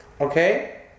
Okay